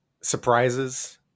surprises